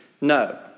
No